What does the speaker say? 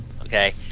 okay